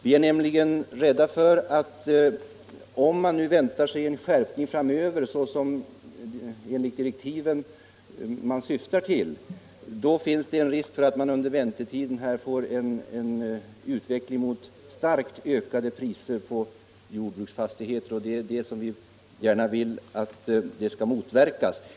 Om man nämligen väntar sig en skärpning framöver, som direktiven syftar till, då finns det en risk för att man under väntetiden får en utveckling mot starkt ökade priser på jordbruksfastigheter. Det vill vi gärna motverka.